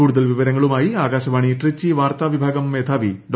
കൂടുതൽ വിവരങ്ങളുമായി ആകാശവാണി ട്രിച്ചി വാർത്താ വിഭാഗം മേധാവി ഡോ